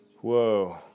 Whoa